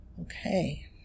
Okay